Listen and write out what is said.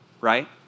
right